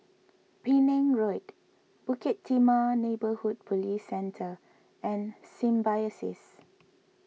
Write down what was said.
Penang Road Bukit Timah Neighbourhood Police Centre and Symbiosis